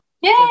Yay